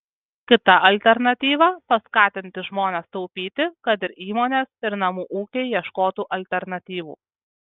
kita alternatyva paskatinti žmones taupyti kad ir įmonės ir namų ūkiai ieškotų alternatyvų